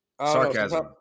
sarcasm